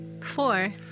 Four